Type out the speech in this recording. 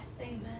Amen